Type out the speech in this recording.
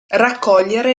raccogliere